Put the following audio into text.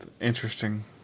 Interesting